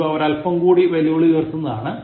ഇവ ഒരൽപ്പം കൂടി വെല്ലുവിളി ഉയർത്തുന്നതാണ്